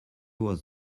was